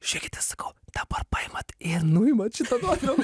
žiūrėkite sakau dabar paimat ir nuimat šitą nuotrauką